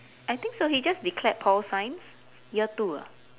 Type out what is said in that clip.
I think so he just declared pol science year two ah